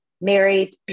married